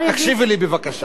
תקשיבי לי, בבקשה.